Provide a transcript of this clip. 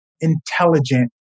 intelligent